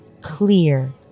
clear